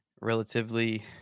relatively